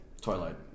twilight